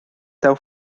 daw